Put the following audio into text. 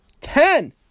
Ten